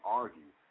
argue